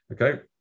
okay